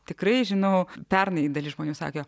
tikrai žinau pernai dalis žmonių sakė